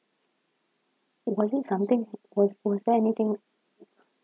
was it something was was there anything